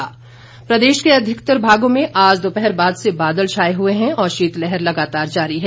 मौसम प्रदेश के अधिकतर भागों में आज दोपहर बाद से बादल छाए हुए हैं और शीतलहर लगातार जारी है